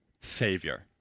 Savior